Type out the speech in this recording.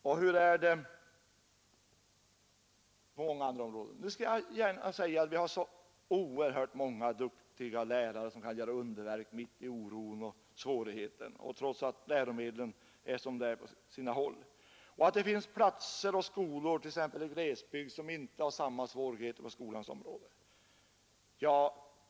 Och hur är det på många andra områden? Jag skall gärna säga att vi har också oerhört många duktiga lärare som kan göra underverk mitt i oron och svårigheten och trots att läromedlen är som de är på sina håll. Och det finns platser, t.ex. i glesbygder, som inte har samma svårighet på skolans område.